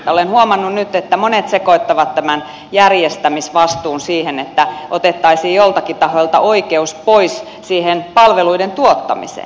olen huomannut nyt että monet sekoittavat tämän järjestämisvastuun siihen että otettaisiin joiltakin tahoilta oikeus pois palveluiden tuottamiseen